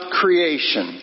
creation